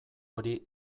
hori